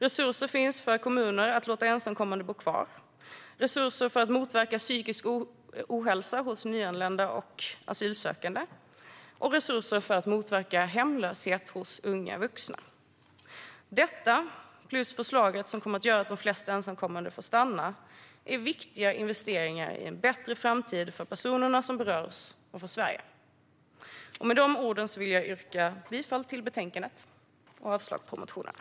Resurser finns till kommuner för att låta ensamkommande bo kvar, för att motverka psykisk ohälsa hos nyanlända asylsökande och för att motverka hemlöshet hos unga vuxna. Detta, plus förslaget som kommer att göra att de flesta ensamkommande får stanna, är viktiga investeringar i en bättre framtid för personerna som berörs och för Sverige. Med de orden vill jag yrka bifall till förslaget i betänkandet och avslag på motionerna.